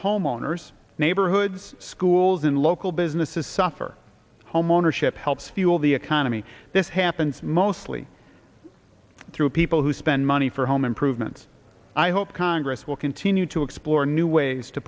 homeowners neighborhoods schools in local businesses suffer homeownership helps fuel the economy this happens mostly through people who spend money for home improvements i hope congress will continue to explore new ways to